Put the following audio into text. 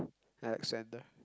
Alexander